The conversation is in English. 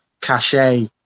cachet